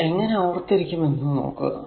ഇത് എങ്ങനെ ഓർത്തിരിക്കും എന്നത് നോക്കുക